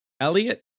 Elliot